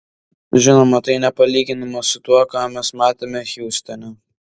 žinoma tai nepalyginama su tuo ką mes matėme hjustone